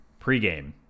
pregame